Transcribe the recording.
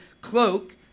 cloak